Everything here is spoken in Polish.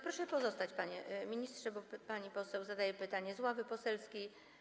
Proszę pozostać, panie ministrze, bo pani poseł zada pytanie z ławy poselskiej.